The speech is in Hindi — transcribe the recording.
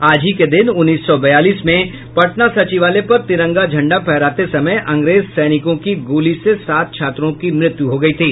आज ही के दिन उन्नीस सौ बयालीस में पटना सचिवालय पर तिरंगा झंडा फहराते समय अंग्रेज सैनिकों की गोली से सात छात्रों की मृत्यु हो गयी थी